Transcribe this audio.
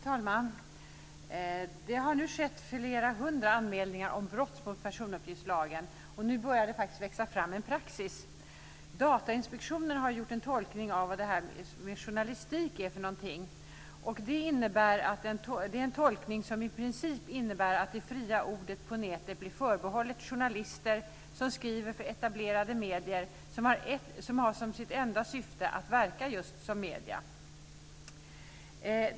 Fru talman! Det har nu gjorts flera hundra anmälningar om brott mot personuppgiftslagen, och det börjar växa fram en praxis. Datainspektionen har gjort en tolkning av vad journalistik är, och det är en tolkning som i princip innebär att det fria ordet på nätet blir förbehållet journalister som skriver för etablerade medier, som har som sitt enda syfte att verka just som medier.